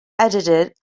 edited